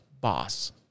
boss